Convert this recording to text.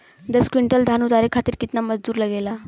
दस क्विंटल धान उतारे खातिर कितना मजदूरी लगे ला?